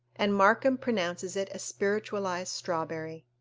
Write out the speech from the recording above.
and markham pronounces it a spiritualized strawberry.